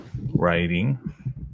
writing